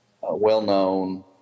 well-known